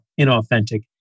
inauthentic